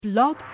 Blog